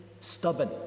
stubborn